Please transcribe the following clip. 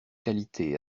qualité